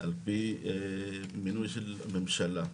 על פי מינוי של הממשלה.